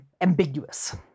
ambiguous